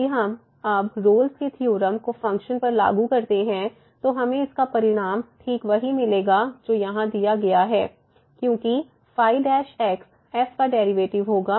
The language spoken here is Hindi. यदि हम अब रोल्स के थ्योरम Rolle's theorem को फ़ंक्शन पर लागू करते हैं तो हमें इसका परिणाम ठीक वही मिलेगा जो यहाँ दिया गया है क्योंकि ϕ f का डेरिवेटिव होगा